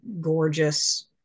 gorgeous